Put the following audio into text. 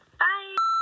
bye